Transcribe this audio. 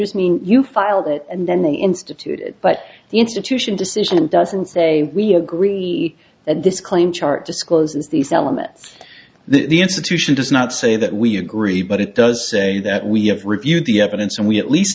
just meaning you filed it and then they instituted but the institution decision doesn't say we agree that this claim chart discloses these elements the institution does not say that we agree but it does say that we have reviewed the evidence and we at least